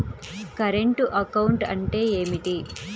Current account అంటే ఏమిటి?